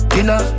Dinner